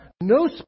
no